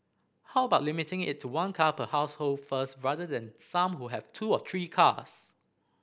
how about limiting it to one car per household first rather than some who have two or three cars